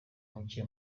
muke